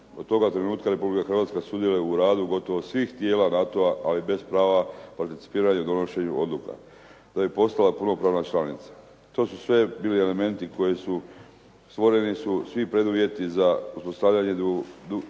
Od toga trenutka Republika Hrvatska sudjeluje u radu gotovo svih tijela NATO-a ali bez prava participiranja u donošenju odluka da bi postala punopravna članica. To su sve bili elementi koji su, stvoreni su svi preduvjeti za uspostavljanje